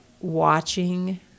watching